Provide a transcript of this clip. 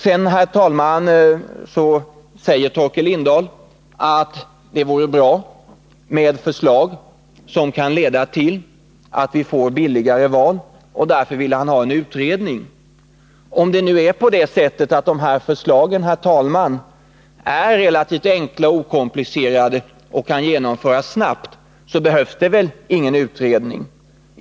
Herr talman! Torkel Lindahl säger också att det vore bra med förslag som kan leda till att vi får billigare val, och han vill därför ha en utredning. Men om förslagen är relativt enkla och okomplicerade och om de kan genomföras snabbt, så behövs det väl ingen utredning.